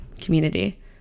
community